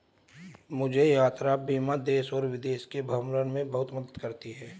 मुझे यात्रा बीमा देश और विदेश के भ्रमण में बहुत मदद करती है